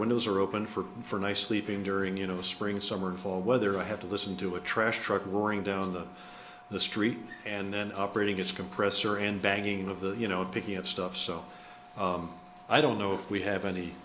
windows are open for for nice sleeping during you know spring summer and fall weather i have to listen to a trash truck roaring down the the street and then operating its compressor and banging of the you know picking up stuff so i don't know if we have any